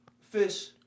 fish